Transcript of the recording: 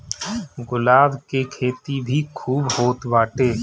गुलाब के खेती भी खूब होत बाटे